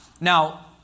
Now